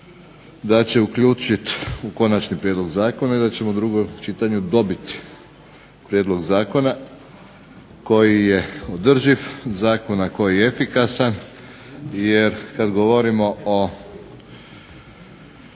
da će uključit u konačni prijedlog zakona i da ćemo u drugom čitanju dobiti prijedlog zakona koji je održiv, zakona koji je efikasan. Jer kada govorimo o